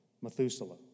Methuselah